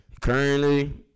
Currently